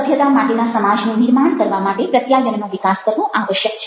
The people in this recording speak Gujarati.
સભ્યતા માટેના સમાજનું નિર્માણ કરવા માટે પ્રત્યાયનનો વિકાસ કરવો આવશ્યક છે